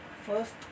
first